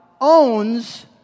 owns